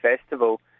Festival